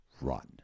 run